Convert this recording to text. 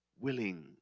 willing